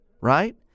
right